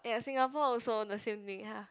!aiya! Singapore also the same thing ya